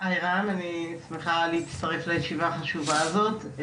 אני שמחה להצטרף לישיבה החשובה הזאת.